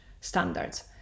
standards